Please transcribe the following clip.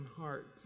heart